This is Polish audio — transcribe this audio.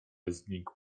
znikł